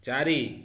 ଚାରି